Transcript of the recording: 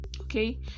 okay